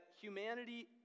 humanity